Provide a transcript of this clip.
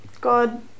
God